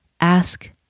ask